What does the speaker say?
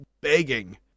begging